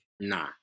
Nah